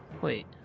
Wait